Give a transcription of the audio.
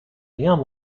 neon